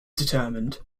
determined